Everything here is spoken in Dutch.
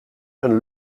een